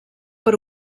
per